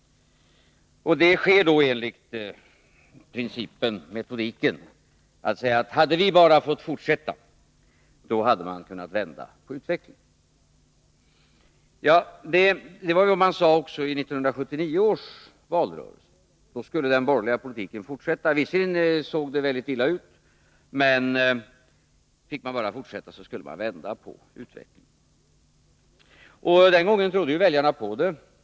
Den metodik man tillämpar är att säga: Hade vi bara fått fortsätta, då hade vi kunnat vända utvecklingen. Detta sade man också i 1979 års valrörelse. Det såg visserligen illa ut, sade man, men fick den borgerliga politiken fortsätta skulle man vända på utvecklingen. Den gången trodde ju väljarna på det.